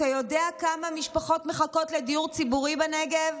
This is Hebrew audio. אתה יודע כמה משפחות מחכות לדיור ציבורי בנגב?